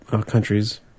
countries